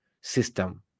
system